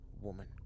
woman